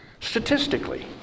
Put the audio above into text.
Statistically